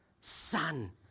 Son